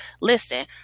listen